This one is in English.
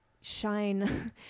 shine